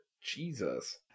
Jesus